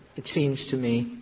it seems to me,